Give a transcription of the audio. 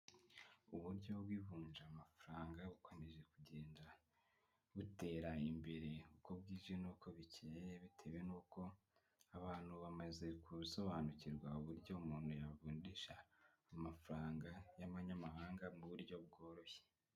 Uburyo bw'ivunjamafaranga bukomeje kugenda butera imbere, uko bwije n'uko bukeye, bitewe n'uko, abantu bamaze gusobanukirwa uburyo umuntu yavunjisha, amafaranga y'amanyamahanga mu buryo bworoshye.